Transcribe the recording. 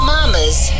Mama's